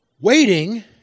waiting